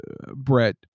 Brett